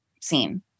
scene